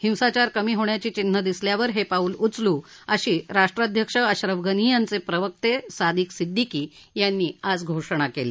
हिंसाचार कमी होण्याची चिन्ह दिसल्यावर हे पाऊल उचलू अशी राष्ट्राध्यक्ष अश्रफ घनी यांचे प्रवक्ते सादिक सिद्दिकी यांनी आज घोषणा केली